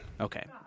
okay